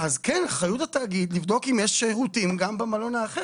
אחריות התאגיד היא לבדוק אם יש שירותים גם במלון האחר